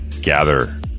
gather